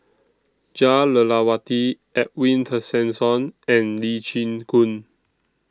Jah Lelawati Edwin Tessensohn and Lee Chin Koon